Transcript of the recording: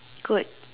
good